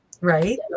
Right